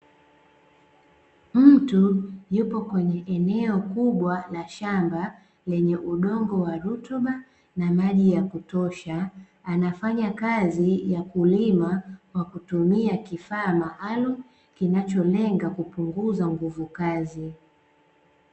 Mtu yupo kwenye eneo kubwa la shamba lenye udongo wa rutuba na maji ya kutosha, anafanya kazi ya kulima kwa kutumia kifaa maalum kinacholenga kupunguza nguvukazi.